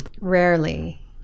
Rarely